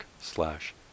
slash